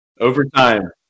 overtime